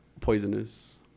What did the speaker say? Poisonous